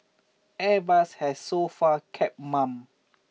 airbus has so far kept mum